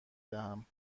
دهم